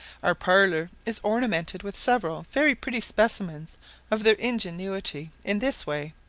our parlour is ornamented with several very pretty specimens of their ingenuity in this way,